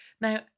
Now